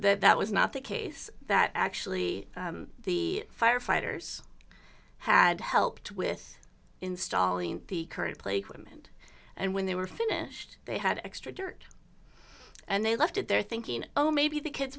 that that was not the case that actually the ready firefighters had helped with installing the current plague women and when they were finished they had extra dirt and they left it there thinking oh maybe the kids